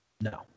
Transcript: No